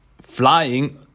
flying